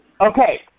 Okay